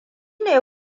ne